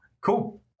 Cool